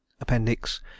Appendix